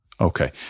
Okay